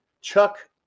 Chuck